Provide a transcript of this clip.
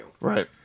Right